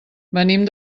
venim